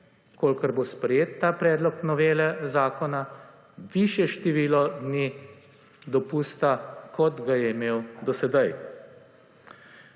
kolikor bo sprejet ta Predlog novele zakona, višje število dni dopusta, kot ga je imel o sedaj.